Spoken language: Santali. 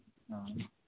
ᱚ